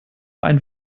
ein